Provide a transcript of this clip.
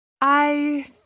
I